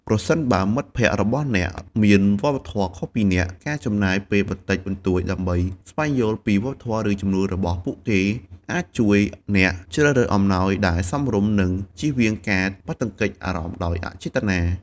ប្រសិនបើមិត្តភក្តិរបស់អ្នកមានវប្បធម៌ខុសពីអ្នក ការចំណាយពេលបន្តិចបន្តួចដើម្បីស្វែងយល់ពីវប្បធម៌ ឬជំនឿរបស់ពួកគេ អាចជួយអ្នកជ្រើសរើសអំណោយដែលសមរម្យ និងជៀសវាងការប៉ះទង្គិចអារម្មណ៍ដោយអចេតនា។